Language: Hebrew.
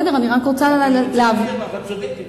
את צודקת,